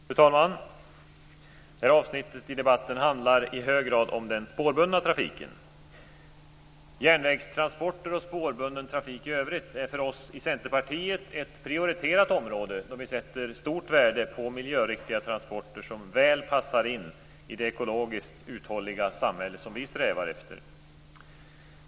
Fru talman! Detta avsnitt i debatten handlar i hög grad om den spårbundna trafiken. Järnvägstransporter och spårbunden trafik i övrigt är för oss i Centerpartiet ett prioriterat område, då vi sätter stort värde på miljöriktiga transporter som väl passar in i det ekologiskt uthålliga samhälle som vi strävar efter.